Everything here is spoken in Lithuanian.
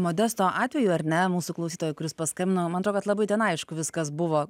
modesto atveju ar ne mūsų klausytojo kuris paskambino man atrodo kad labai ten aišku viskas buvo